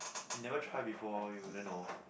you never try before you wouldn't know